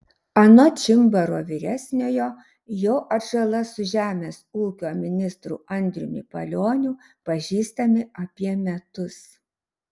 anot čimbaro vyresniojo jo atžala su žemės ūkio ministru andriumi palioniu pažįstami apie metus